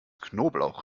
knoblauch